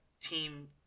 team